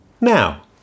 Now